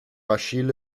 achille